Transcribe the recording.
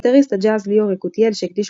גיטריסט הג'אז ליאור יקותיאל שהקדיש לו